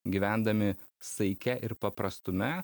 gyvendami saike ir paprastume